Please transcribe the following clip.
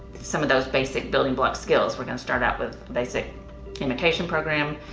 some of those basic building block skills. we're gonna start out with basic imitation program.